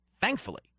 thankfully